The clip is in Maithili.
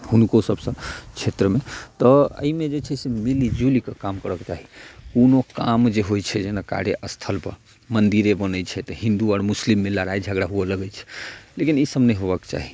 हुनको सब सऽ क्षेत्र मे तऽ एहिमे जे छै से मिल जुलि कऽ काम करक चाही कोनो काम जे होइ छै जेना कार्यस्थल पर मन्दिरे बनै छै तऽ हिन्दू आओर मुस्लिम मे लड़ाइ झगड़ा हुअ लगै छै लेकिन ई सब नहि हुअक चाही